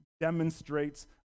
demonstrates